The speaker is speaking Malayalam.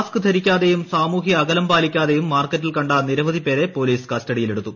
മാസ്ക്ക് ധരിക്കാതെയും സാമൂഹിക അകലം പാലിക്കാതെയും മാർക്കറ്റിൽ കണ്ട നിരവധി പേരെ പൊലീസ് കസ്റ്റഡിയിലെടുത്തു